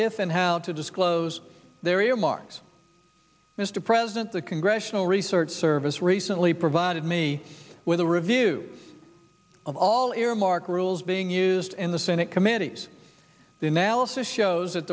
if and how to disclose their earmarks mr president the congressional research service recently provided me with a review of all earmark rules being used in the senate committees the analysis shows